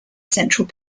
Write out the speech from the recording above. central